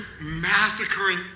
massacring